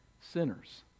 sinners